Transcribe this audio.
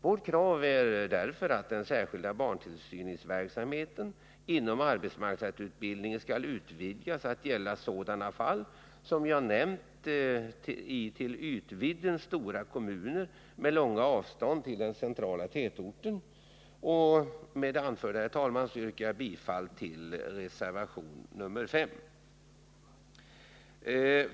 Vårt krav är därför att den särskilda barntillsynsverksamheten inom arbetsmarknadsutbildningen skall utvidgas att gälla sådana fall som jag nämnt, i till ytvidden stora kommuner med långa avstånd till den centrala tätorten. Med det anförda, herr talman, yrkar jag bifall till reservation nr 5.